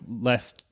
less